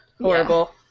Horrible